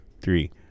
three